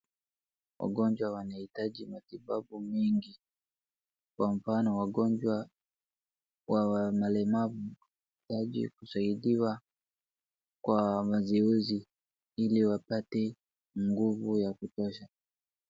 Wagonjwa wanahitaji watibabu mingi, kwa mfano wagonjwa wa ulemavu wanahitaji kusaidiwa kwa mazoezi ili wapate nguvu ya kutosha.